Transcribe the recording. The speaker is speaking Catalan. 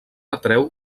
atreu